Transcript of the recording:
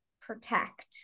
protect